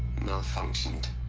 malfunctioned